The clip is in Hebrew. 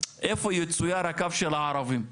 איפה מצויר הקו של הערבים.